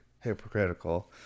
hypocritical